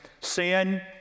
Sin